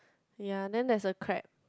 yea then there's a crab